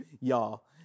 y'all